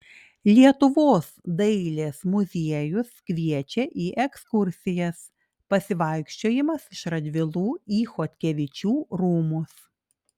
lietuvos dailės muziejus kviečia į ekskursijas pasivaikščiojimas iš radvilų į chodkevičių rūmus